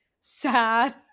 sad